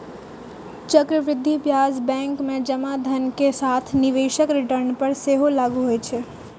चक्रवृद्धि ब्याज बैंक मे जमा धन के साथ निवेशक रिटर्न पर सेहो लागू होइ छै